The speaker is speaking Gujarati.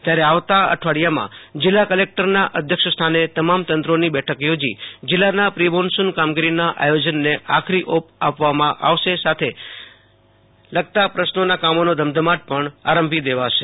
ત્યારે આવતા અઠવાડિયામાં જિલ્લા કલેક્ટરના અધ્યક્ષસ્થાને તમામ તંત્રોની બેઠક યોજી જીલ્લાના પ્રિમોન્સુન કામગીરીના આયોજનને આખરી ઓપ આપવા સાથે તેને લગતા કામોનો ધમધમાટ આરંભી દેવાશે